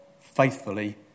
faithfully